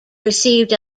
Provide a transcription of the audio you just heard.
received